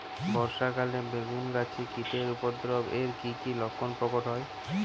বর্ষা কালে বেগুন গাছে কীটের উপদ্রবে এর কী কী লক্ষণ প্রকট হয়?